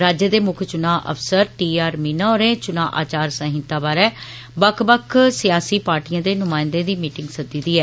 राज्य दे मुक्ख चुनां अफसर टी आर मीना होरें चुनां आचार संहिता बारे बक्ख बक्ख सियासी पाॅर्टियें दे नुमाइन्दे दी मीटिंग सद्दी दी ऐ